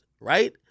right